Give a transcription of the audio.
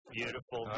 beautiful